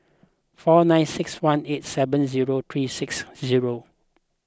four nine six one eight seven zero three six zero